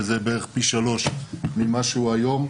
שזה בערך פי שלושה ממה שהוא היום.